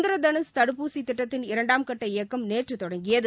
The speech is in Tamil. இந்திர தனுஷ் தடுப்பூசி திட்டத்தின் இரண்டாம் கட்ட இயக்கம் நேற்று தொடங்கியது